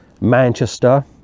manchester